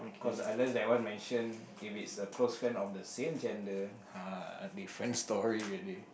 cause unless that one mention if it's the close friend of the same gender [hah] different story already